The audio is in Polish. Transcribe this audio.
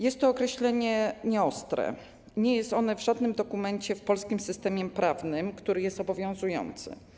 Jest to określenie nieostre, nie funkcjonuje ono w żadnym dokumencie w polskim systemie prawnym, który jest obowiązujący.